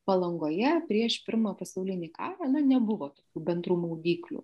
palangoje prieš pirmą pasaulinį karą na nebuvo bendrų maudyklių